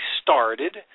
started